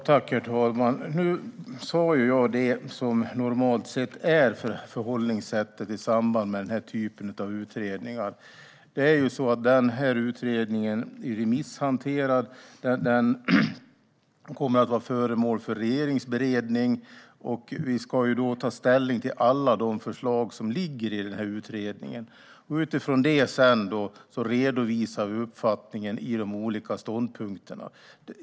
Herr talman! Nu sa ju jag det som normalt sett är förhållningssättet i samband med den här typen av utredningar. Den här utredningen är remisshanterad och kommer att vara föremål för regeringsberedning. Vi ska då ta ställning till alla de förslag som ligger i utredningen. Utifrån det redovisar vi sedan uppfattningen i de olika ståndpunkterna.